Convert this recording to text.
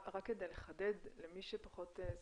רק כדי לחדד למי שפחות בקיא,